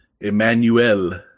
Emmanuel